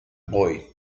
boyd